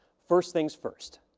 first things first.